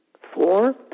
Four